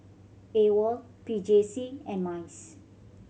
AWOL P J C and MICE